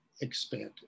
expanded